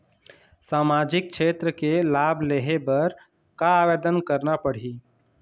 सामाजिक क्षेत्र के लाभ लेहे बर का आवेदन करना पड़ही?